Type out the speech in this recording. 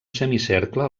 semicercle